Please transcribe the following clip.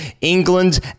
England